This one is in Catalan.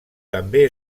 també